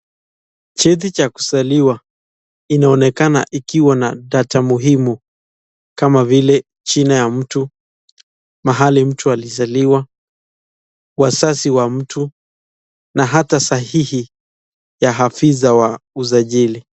Cheti cha kuzaliwa inaonekana ikiwa na data muhimu kama vile ,jina ya mtu, mahali mtu alizaliwa ,wazazi wa mtu na hata sahihi ya afisa wa usajili.